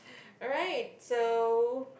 alright so